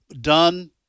done